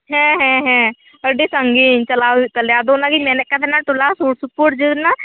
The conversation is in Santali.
ᱦᱮᱸ ᱦᱮᱸ ᱦᱮᱸ ᱟᱹᱰᱤ ᱥᱟᱺᱜᱤᱧ ᱪᱟᱞᱟᱣ ᱦᱩᱭᱩᱜ ᱛᱟᱞᱮᱭᱟ ᱟᱫᱚ ᱚᱱᱟᱜᱤᱧ ᱢᱮᱱᱮᱫᱼᱠᱟᱱ ᱛᱟᱦᱮᱱᱟ ᱴᱚᱞᱟ ᱥᱩᱨ ᱥᱩᱯᱩᱨ ᱡᱮᱱᱚ